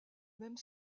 même